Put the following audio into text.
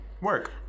Work